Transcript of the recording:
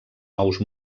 nous